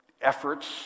efforts